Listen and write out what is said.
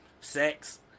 sex